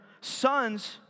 sons